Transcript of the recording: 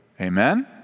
Amen